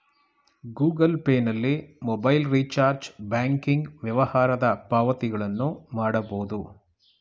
Google pay ನಲ್ಲಿ mobile recharge, banking ವ್ಯವಹಾರದ ಪಾವತಿಗಳನ್ನು ಮಾಡಬೋದು